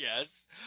Yes